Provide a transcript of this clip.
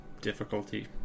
difficulty